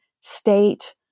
state